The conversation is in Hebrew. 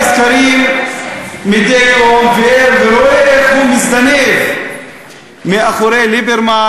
ראש הממשלה קורא את הסקרים מדי יום ורואה איך הוא מזדנב אחרי ליברמן,